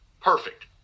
perfect